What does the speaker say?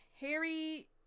harry